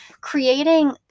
Creating